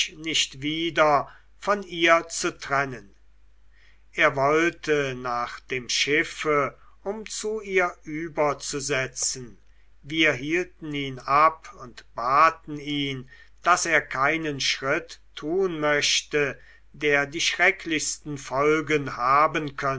nicht wieder von ihr zu trennen er wollte nach dem schiffe um zu ihr überzusetzen wir hielten ihn ab und baten ihn daß er keinen schritt tun möchte der die schrecklichsten folgen haben